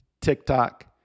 TikTok